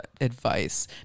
advice